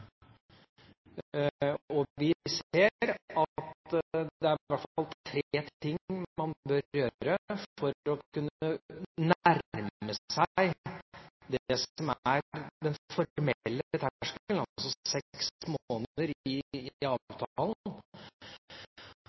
volumet. Vi ser at det i hvert fall er tre ting man bør gjøre for å kunne nærme seg det som er den formelle terskelen i avtalen, altså seks måneder.